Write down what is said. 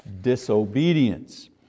disobedience